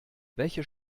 welche